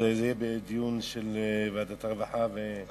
זה יהיה בדיון של ועדת הרווחה, כן?